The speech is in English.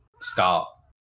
stop